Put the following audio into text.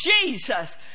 Jesus